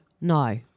No